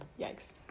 Yikes